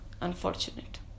Unfortunate